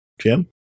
jim